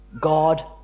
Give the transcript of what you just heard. God